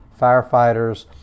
firefighters